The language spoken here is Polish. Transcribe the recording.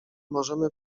możemy